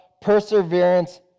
perseverance